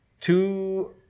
two